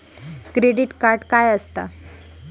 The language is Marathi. क्रेडिट कार्ड काय असता?